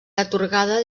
atorgada